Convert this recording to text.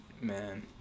man